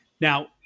Now